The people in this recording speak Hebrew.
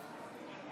נגד,